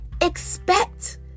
Expect